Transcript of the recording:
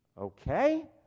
Okay